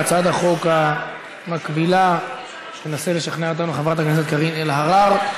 בהצעת החוק המקבילה תנסה לשכנע אותנו חברת הכנסת קארין אלהרר.